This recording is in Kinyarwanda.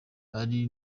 ari